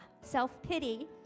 self-pity